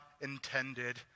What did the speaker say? intended